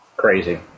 crazy